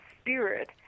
spirit